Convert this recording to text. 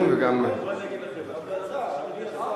בעד, 18. אין מתנגדים ואין נמנעים.